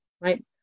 right